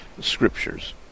scriptures